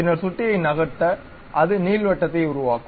பின்னர் சுட்டியை நகர்த்த அது நீள்வட்டத்தைக் உருவாக்கும்